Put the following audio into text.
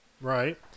Right